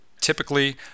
typically